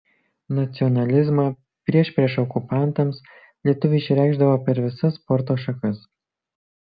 nacionalizmą priešpriešą okupantams lietuviai išreikšdavo per visas sporto šakas